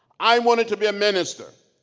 i wanted to be a minister.